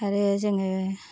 आरो जोङो